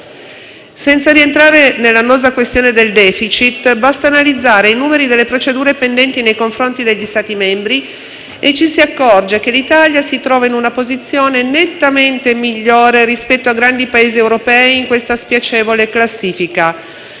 Senza entrare nell'annosa questione del *deficit*, basta analizzare i numeri delle procedure pendenti nei confronti degli Stati membri per accorgersi che l'Italia si trova in una posizione nettamente migliore rispetto a grandi Paesi europei in questa spiacevole classifica.